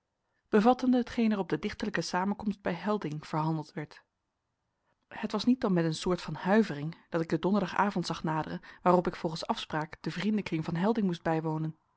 geen er op de dichterlijke samenkomst bij helding verhandeld werd het was niet dan met een soort van huivering dat ik den donderdag avond zag naderen waarop ik volgens afspraak den vriendenkring van helding moest bijwonen